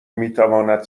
میتواند